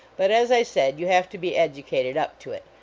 but as i said, you have to be educated up to it.